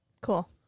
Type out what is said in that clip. Cool